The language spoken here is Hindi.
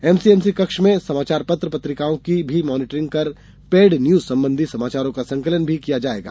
एमसीएमसी कक्ष में समाचार पत्र पत्रिकाओं की भी मानीटरिंग कर पेड न्यूज संबंधी समाचारों का संकलन भी किया जायेगा